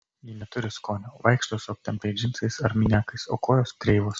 ji skonio neturi vaikšto su aptemptais džinsais ar miniakais o kojos kreivos